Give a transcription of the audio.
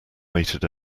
weighted